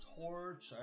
torch